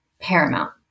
paramount